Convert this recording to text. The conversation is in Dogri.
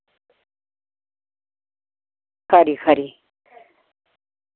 खरी खरी